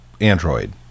Android